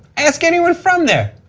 ask anyone from there,